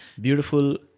beautiful